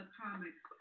comics